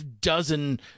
dozen